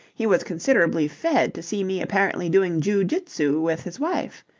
he was considerably fed to see me apparently doing jiu-jitsu with his wife.